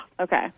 okay